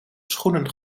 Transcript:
schoenen